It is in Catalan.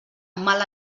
mal